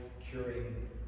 curing